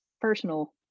personal